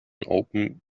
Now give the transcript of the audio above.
open